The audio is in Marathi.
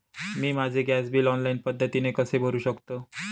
मी माझे गॅस बिल ऑनलाईन पद्धतीने कसे भरु शकते?